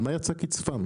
על מה יצא קצפם?